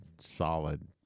solid